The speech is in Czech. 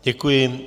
Děkuji.